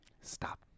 stop